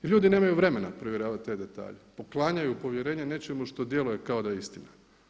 Jer ljudi nemaju vremena provjeravati te detalje, poklanjaju povjerenje nečemu što djeluje kao da je istina.